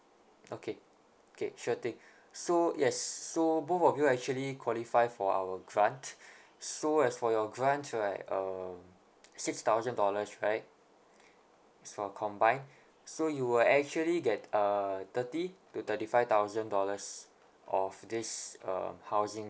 okay okay sure thing so yes so both of you actually qualify for our grant so as for your grant right uh six thousand dollars right it's for combined so you will actually get uh thirty to thirty five thousand dollars of this uh housing